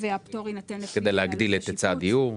כדי להגדיל את היצע הדיור.